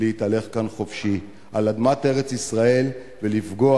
להתהלך כאן חופשי על אדמת ארץ-ישראל ולפגוע,